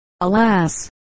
Alas